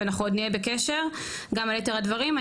ואנחנו עוד נהיה בקשר גם על יתר הדברים.